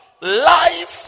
Life